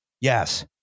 Yes